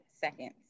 seconds